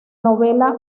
novela